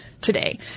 today